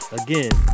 again